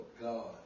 God